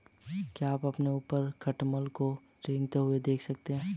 क्या आप अपने ऊपर खटमल को रेंगते हुए देख सकते हैं?